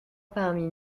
parmi